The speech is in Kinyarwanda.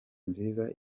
nziza